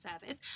service